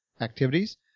activities